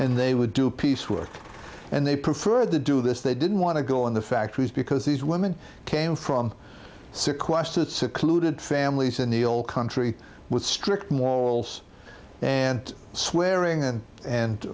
and they would do piece work and they preferred to do this they didn't want to go in the factories because these women came from sequestered secluded families in the old country with strict morals and swearing and and